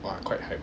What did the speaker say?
!wah! quite hype